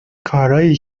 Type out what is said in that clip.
کارایی